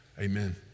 Amen